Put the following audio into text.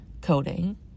coding